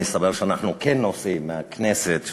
מסתבר שאנחנו מהכנסת כן נוסעים,